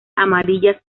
amarillas